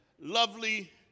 lovely